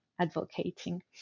advocating